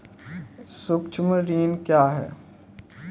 सुक्ष्म ऋण क्या हैं?